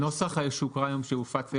הנוסח לא הופץ,